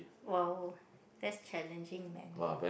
!wow! that's challenging man